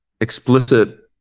explicit